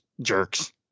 jerks